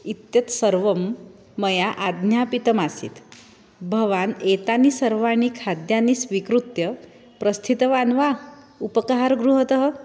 इत्यत्सर्वं मया आज्ञापितमासीत् भवान् एतानि सर्वाणि खाद्यानि स्वीकृत्य प्रस्थितवान् वा उपहारगृहतः